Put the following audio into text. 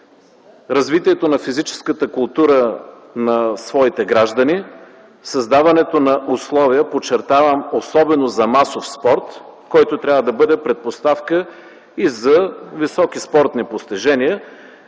развитието на физическата култура на своите граждани, създаването на условия, подчертавам, особено за масов спорт, който трябва да бъде предпоставка и за високи спортни постижения,